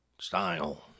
Style